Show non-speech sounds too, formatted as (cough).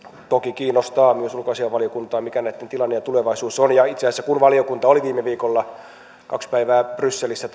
toki kiinnostaa myös ulkoasiainvaliokuntaa mikä näitten tilanne ja tulevaisuus on itse asiassa kun valiokunta oli viime viikolla kaksi päivää brysselissä (unintelligible)